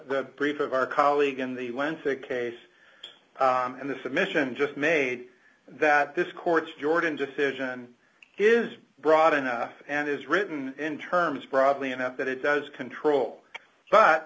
brief of our colleague in the un think case and the submission just made that this court jordan decision is broad enough and is written in terms broadly enough that it does control but